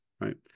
right